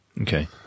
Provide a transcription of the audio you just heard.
Okay